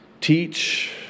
teach